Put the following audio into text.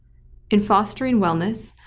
in fostering wellness,